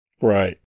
Right